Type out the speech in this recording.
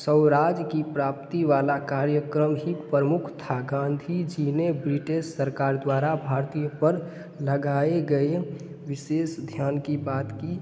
स्वराज्य की प्राप्ति वाला कार्यक्रम ही प्रमुख था गांधी जी ने ब्रिटेश सरकार द्वारा भारतीय पर लगाए गए विशेष ध्यान की बात की